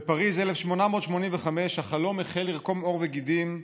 בפריז 1885 החלום החל לרקום עור וגידים,